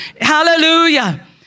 Hallelujah